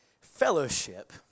fellowship